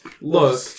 Look